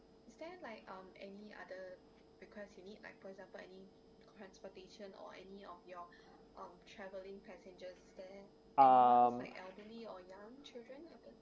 um